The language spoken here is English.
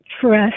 trust